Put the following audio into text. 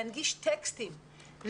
להנגיש טקסטים,